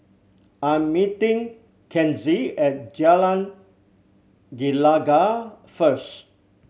I'm meeting Kenzie at Jalan Gelegar first